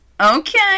okay